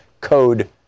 code